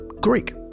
Greek